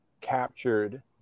captured